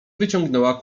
wyciągnęła